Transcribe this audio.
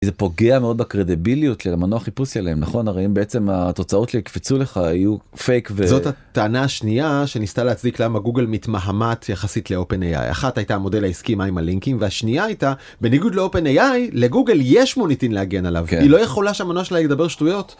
זה פוגע מאוד בקרדיביליות של המנוע חיפוש שלהם, נכון? הרי אם בעצם התוצאות שיקפצו לך יהיו פייק וזאת הטענה השנייה שניסתה להצדיק למה גוגל מתמהמת יחסית ל-OPEN AI. אחת הייתה במודל העסקי, מה עם הלינקים והשנייה הייתה בניגוד ל-OPEN AI, לגוגל יש מוניטין להגן עליו היא לא יכולה שהמנוע שלה ידבר שטויות.